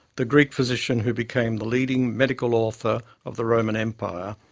the greek physician who became the leading medical author of the roman empire.